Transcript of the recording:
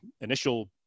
initial